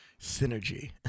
Synergy